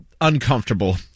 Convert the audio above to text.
uncomfortable